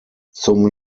zum